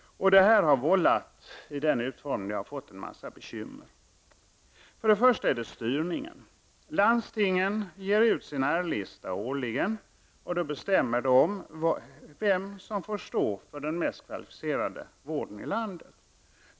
Detta har vållat, i den utformning det har fått, en massa bekymmer. För det första är det styrningen. Landstingen ger ut sin R-lista årligen och bestämmer då vem som får stå för den mest kvalificerade vården i landet.